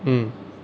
mm